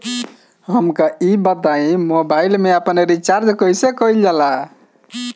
हमका ई बताई कि मोबाईल में आपन रिचार्ज कईसे करल जाला?